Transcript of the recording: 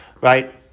Right